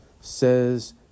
says